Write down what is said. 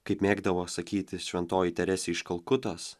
kaip mėgdavo sakyti šventoji teresė iš kalkutos